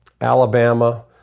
Alabama